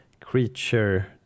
creature